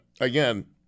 again